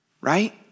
Right